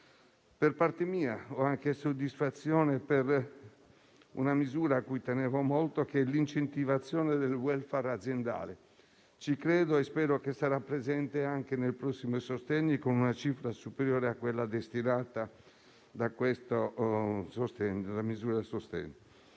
Per parte mia, ho anche soddisfazione per una misura a cui tenevo molto: l'incentivazione del *welfare* aziendale. Ci credo e spero che sarà presente anche nel prossimo decreto-legge sostegni con una cifra superiore a quella destinata da questo provvedimento.